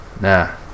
Nah